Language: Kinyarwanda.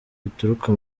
bituruka